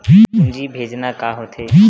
पूंजी भेजना का होथे?